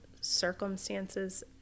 circumstances